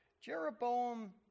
Jeroboam